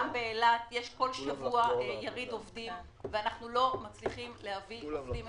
גם באילת יש כל שבוע יריד עובדים ואנחנו לא מצליחים להביא עובדים.